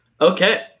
Okay